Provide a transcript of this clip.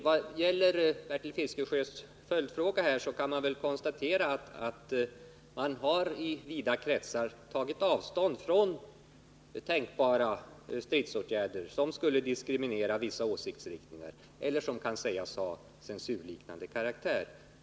Som svar på Bertil Fiskesjös följdfrågor kan jag konstatera att man i vida kretsar har tagit avstånd från tänkbara stridsåtgärder som skulle diskriminera vissa åsiktsriktningar eller som kan sägas ha en censurliknande karaktär.